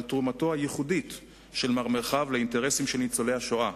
על תרומתו הייחודית של מר מרחב לאינטרסים של ניצולי השואה,